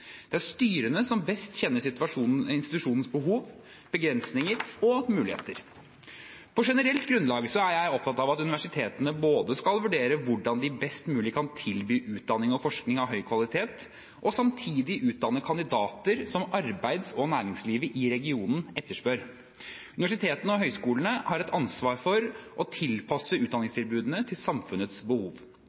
Det er styrene som best kjenner institusjonens behov, begrensinger og muligheter. På generelt grunnlag er jeg opptatt av at universitetene skal både vurdere hvordan de best mulig kan tilby utdanning og forskning av høy kvalitet, og samtidig utdanne kandidater som arbeids- og næringslivet i regionen etterspør. Universitetene og høyskolene har et ansvar for å tilpasse utdanningstilbudene til samfunnets behov.